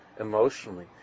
emotionally